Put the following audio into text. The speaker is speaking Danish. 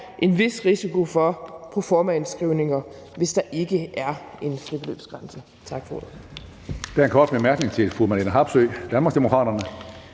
en vis risiko for proformaindskrivninger, hvis der ikke er en fribeløbsgrænse.